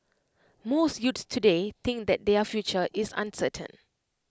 most youths today think that their future is uncertain